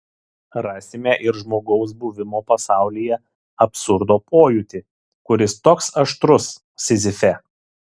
rasime ir žmogaus buvimo pasaulyje absurdo pojūtį kuris toks aštrus sizife